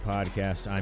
Podcast